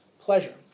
pleasure